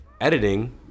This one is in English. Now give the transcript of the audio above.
editing